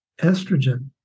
estrogen